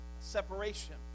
Separation